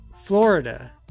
Florida